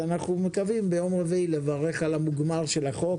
אנחנו מקווים ביום רביעי לברך על המוגמר של החוק.